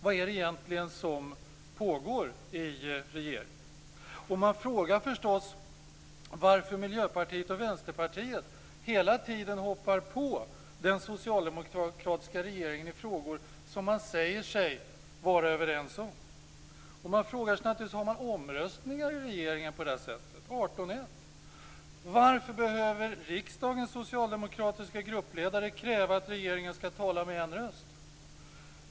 Vad är det egentligen som pågår i regeringen? Man frågar förstås varför Miljöpartiet och Vänsterpartiet hela tiden hoppar på den socialdemokratiska regeringen i frågor som man säger sig vara överens om. Och man frågar sig naturligtvis: Har man omröstningar i regeringen på det där sättet: 18-1? Varför behöver riksdagens socialdemokratiska gruppledare kräva att regeringen skall tala med en röst?